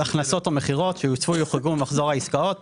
הכנסות או מכירות שיוספו או יוחרגו ממחזור העסקות,